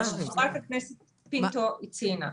כפי שחברת הכנסת פינטו ציינה,